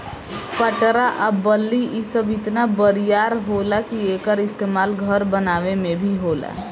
पटरा आ बल्ली इ सब इतना बरियार होला कि एकर इस्तमाल घर बनावे मे भी होला